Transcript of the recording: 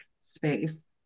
space